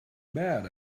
bad